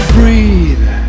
breathe